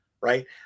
right